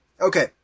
Okay